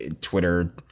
Twitter